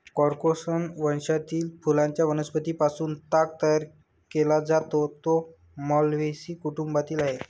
Corchorus वंशातील फुलांच्या वनस्पतीं पासून ताग तयार केला जातो, जो माल्व्हेसी कुटुंबातील आहे